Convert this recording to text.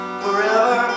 forever